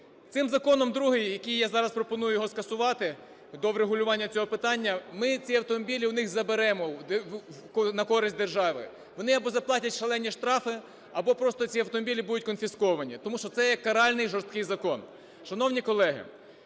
цим законом, другим, який я зараз пропоную його скасувати до врегулювання цього питання, ми ці автомобілі у них заберемо на користь держави. Вони або заплатять шалені штрафи, або просто ці автомобілі будуть конфісковані, тому що це є каральний жорсткий закон. Шановні колеги,